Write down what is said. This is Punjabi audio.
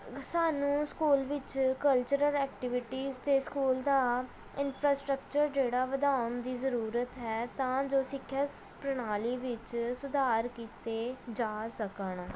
ਸਾਨੂੰ ਸਕੂਲ ਵਿੱਚ ਕਲਚਰਲ ਐਕਟੀਵਿਟੀਜ਼ ਅਤੇ ਸਕੂਲ ਦਾ ਇਨਫਰਾਸਟਰਕਚਰ ਜਿਹੜਾ ਵਧਾਉਣ ਦੀ ਜ਼ਰੂਰਤ ਹੈ ਤਾਂ ਜੋ ਸ ਸਿੱਖਿਆ ਪ੍ਰਣਾਲੀ ਵਿੱਚ ਸੁਧਾਰ ਕੀਤੇ ਜਾ ਸਕਣ